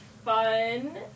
fun